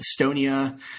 Estonia